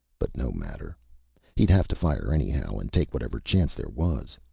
but no matter he'd have to fire anyhow and take whatever chance there was.